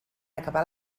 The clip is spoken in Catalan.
acabar